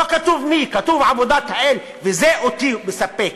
לא כתוב מי, כתוב "עבודת האל", וזה אותי מספק,